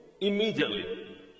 immediately